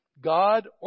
God